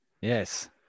Yes